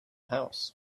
house